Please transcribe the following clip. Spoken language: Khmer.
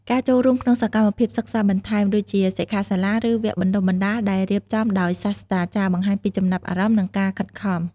ការចូលរួមក្នុងសកម្មភាពសិក្សាបន្ថែម ដូចជាសិក្ខាសាលា ឬវគ្គបណ្តុះបណ្តាលដែលរៀបចំដោយសាស្រ្តាចារ្យ បង្ហាញពីចំណាប់អារម្មណ៍ និងការខិតខំ។